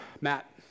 Matt